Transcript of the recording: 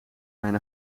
mijn